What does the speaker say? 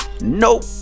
nope